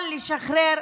אבל לשחרר,